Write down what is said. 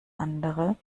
andere